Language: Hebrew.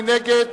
מי נגד?